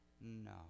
no